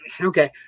okay